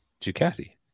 Ducati